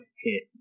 hit